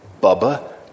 Bubba